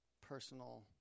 personal